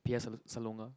P_S slong~ Salonga